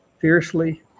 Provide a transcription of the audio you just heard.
fiercely